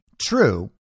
true